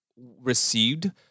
received